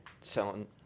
selling